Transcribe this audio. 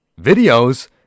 videos